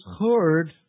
heard